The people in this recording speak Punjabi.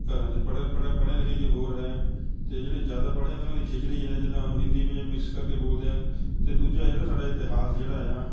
ਘਰਾਂ 'ਚ ਪੜ੍ਹਿਆਂ ਲਿਖਿਆਂ ਦੀ ਹੋਰ ਹੈ ਅਤੇ ਜਿਹੜੀ ਜ਼ਿਆਦਾ ਪੜ੍ਹ ਜਾਂਦੇ ਉਹਨਾਂ ਦੀ ਖਿਚੜੀ ਹੈ ਜਿੱਦਾਂ ਹਿੰਦੀ ਵਿੱਚ ਮਿਕਸ ਕਰਕੇ ਬੋਲਦੇ ਹਨ ਅਤੇ ਦੂਜਾ ਜਿਹੜਾ ਸਾਡਾ ਇਤਿਹਾਸ ਜਿਹੜਾ ਹੈ